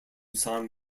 san